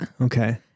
Okay